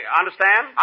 understand